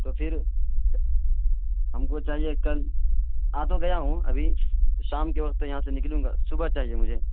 تو پھر ہم کو چاہیے کل آ تو گیا ہوں ابھی تو شام کے وقت یہاں سے نکلوں گا صبح چاہیے مجھے